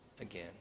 again